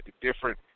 different